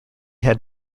had